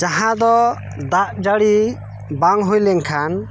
ᱡᱟᱦᱟᱸ ᱫᱚ ᱫᱟᱜ ᱡᱟ ᱲᱤ ᱵᱚᱝ ᱦᱩᱭ ᱞᱮᱱᱠᱷᱟᱱ